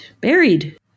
buried